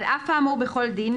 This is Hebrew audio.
על אף האמור בכל דין,